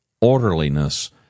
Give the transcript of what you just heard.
orderliness